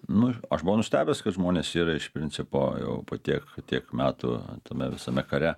nu aš buvau nustebęs kad žmonės yra iš principo jau po tiek tiek metų tame visame kare